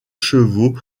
chevaux